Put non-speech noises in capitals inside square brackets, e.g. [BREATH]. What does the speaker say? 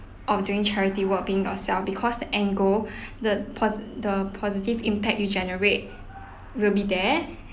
of doing charity work being yourself because the end goal [BREATH] the pos~ the positive impact you generate will be there